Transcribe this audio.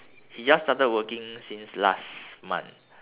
he just started working since last month